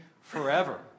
forever